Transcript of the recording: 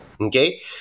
okay